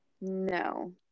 No